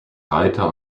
reiter